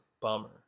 bummer